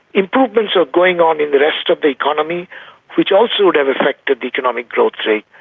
improvements were going on in the rest of the economy which also would have affected the economic growth rate.